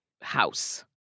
house